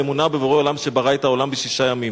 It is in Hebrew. האמונה בבורא עולם שברא את העולם בשישה ימים.